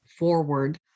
forward